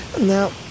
Now